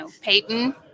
Peyton